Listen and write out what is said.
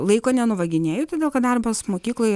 laiko nenuvaginėju todėl kad darbas mokykloj